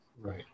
Right